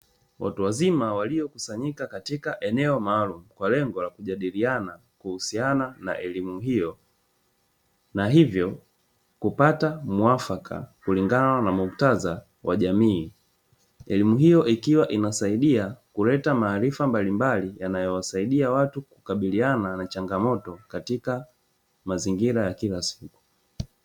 Watu wazima waliokusanyika katika eneo maalumu kwa lengo la kujadiliana kuhusiana na elimu hiyo, na hivyo kupata muafaka kulingana na muktadha wa jamii. Elimu hiyo ikiwa inasaidia kuleta maarifa mbalimbali yanayo wasaidia watu kukabiliana na changamoto katika mazingira ya kila siku.